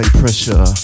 pressure